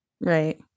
right